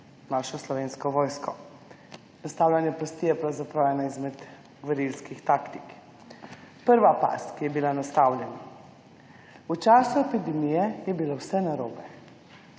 našo Slovensko vojsko. Nastavljanje pasti je pravzaprav ena izmed gverilskih taktik. Prva past, ki je bila nastavljena: v času epidemije je bilo vse narobe.